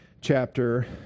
chapter